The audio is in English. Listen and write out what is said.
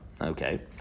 Okay